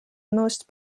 most